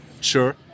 sure